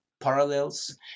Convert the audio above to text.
parallels